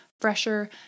fresher